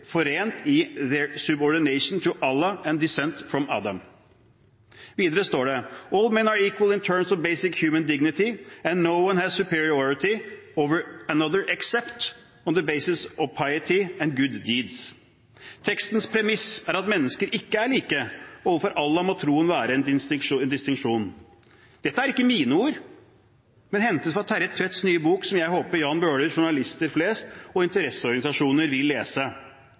forent i «their subordination to Allah and descent from Adam.» Videre står det: «All men are equal in terms of basic human dignity.» Og: «No one has superiority over another except on the basis of piety and good deeds.» Tekstens premiss er at mennesker ikke er like, overfor Allah må troen være en distinksjon. Dette er ikke mine ord, men hentet fra Terje Tvedts nye bok, som jeg håper Jan Bøhler, journalister flest og interesseorganisasjoner vil lese.